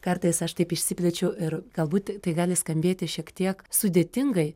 kartais aš taip išsiplečiu ir galbūt tai gali skambėti šiek tiek sudėtingai